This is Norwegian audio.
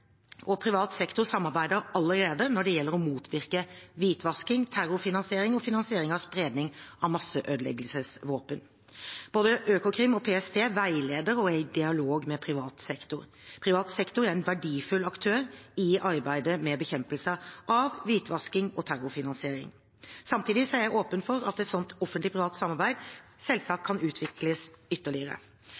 og privat sektor samarbeider allerede når det gjelder å motvirke hvitvasking, terrorfinansiering og finansiering av spredning av masseødeleggelsesvåpen. Både Økokrim og PST veileder og er i dialog med privat sektor. Privat sektor er en verdifull aktør i arbeidet med bekjempelsen av hvitvasking og terrorfinansiering. Samtidig er jeg åpen for at et slikt offentlig-privat samarbeid selvsagt kan utvikles ytterligere.